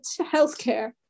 healthcare